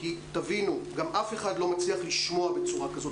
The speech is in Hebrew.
גם אף אחד לא מצליח לשמוע בצורה כזאת.